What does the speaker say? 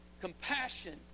compassion